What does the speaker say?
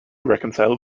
reconcile